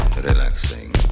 relaxing